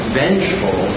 vengeful